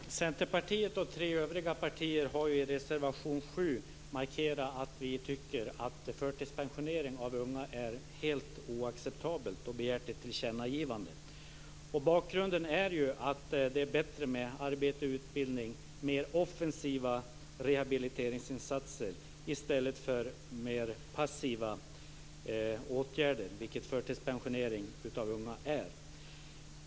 Herr talman! Centerpartiet och tre övriga partier har i reservation 7 markerat att vi tycker att förtidspensionering av unga är helt oacceptabelt. Vi har begärt ett tillkännagivande. Bakgrunden är att det är bättre med arbete, utbildning och mer offensiva rehabiliteringsinsatser i stället för mer passiva åtgärder, vilket förtidspensionering av unga är.